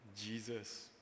Jesus